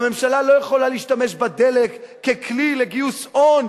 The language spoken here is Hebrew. והממשלה לא יכולה להשתמש בדלק ככלי לגיוס הון